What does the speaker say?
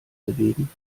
bewegen